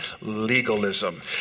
legalism